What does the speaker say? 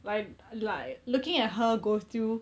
like like looking at her go through